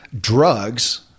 drugs